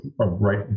right